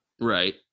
Right